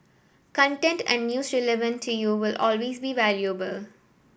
content and news relevant to you will always be valuable